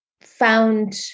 found